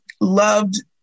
loved